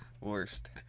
worst